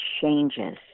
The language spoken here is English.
changes